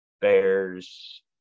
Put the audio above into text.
bears